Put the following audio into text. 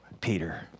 Peter